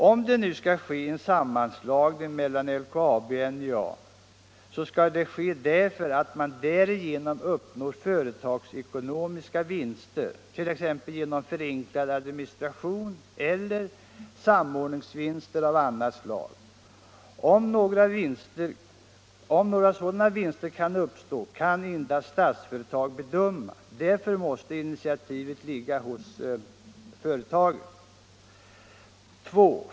Om det skall bli en sammanslagning av LKAB och NJA skall den ske därför att man därigenom uppnår företagsekonomiska vinster, t.ex. genom förenklad administration, eller samordningsvinster av annat slag. Om några sådana vinster kan uppstå kan endast Statsföretag bedöma. Därför måste initiativet ligga hos företaget. 2.